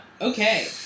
okay